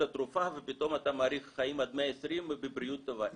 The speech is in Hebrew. התרופה ופתאום אתה מאריך חיים עד 120 ובבריאות טובה.